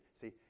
See